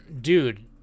dude